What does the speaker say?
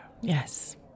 Yes